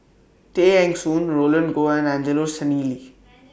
Tay Eng Soon Roland Goh and Angelo Sanelli